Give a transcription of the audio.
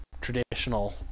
traditional